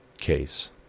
case